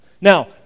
Now